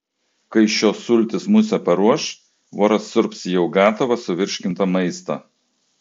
kai šios sultys musę paruoš voras siurbs jau gatavą suvirškintą maistą